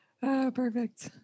perfect